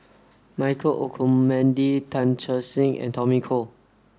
Michael Olcomendy Tan Che Sang and Tommy Koh